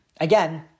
again